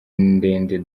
ndende